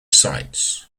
sights